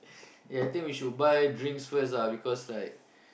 eh I think we should buy drinks first ah because like